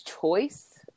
choice